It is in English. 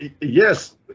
yes